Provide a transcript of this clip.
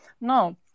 No